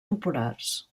populars